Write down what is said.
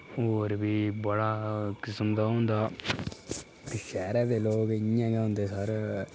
होर बी बड़ा किस्म दा होंदा शैह्रें दे लोग इ'यां गै होंदे सर